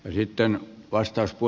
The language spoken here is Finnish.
arvoisa puhemies